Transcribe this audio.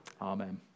Amen